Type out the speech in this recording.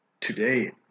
today